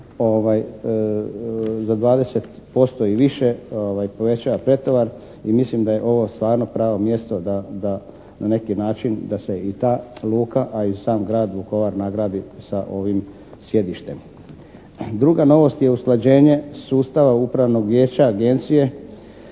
za 20% i više povećava pretovar i mislim da je ovo stvarno pravo mjesto da na neki način da se i ta luka a i sam grad Vukovar nagradi sa ovim sjedištem. Druga novost je usklađenje sustava upravnog vijeća Agencije